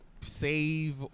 save